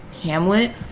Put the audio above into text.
hamlet